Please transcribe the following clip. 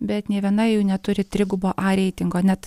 bet nė viena jų neturi trigubo a reitingo net